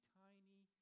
tiny